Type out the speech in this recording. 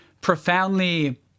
profoundly